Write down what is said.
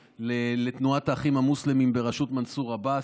לתנועת האחים המוסלמים בראשות מנסור עבאס,